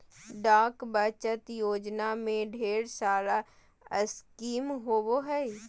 डाक बचत योजना में ढेर सारा स्कीम होबो हइ